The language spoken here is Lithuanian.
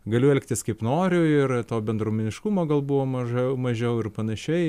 galiu elgtis kaip noriu ir to bendruomeniškumo gal buvo maža mažiau ir panašiai